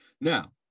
Now